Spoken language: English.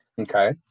Okay